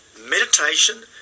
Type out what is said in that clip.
meditation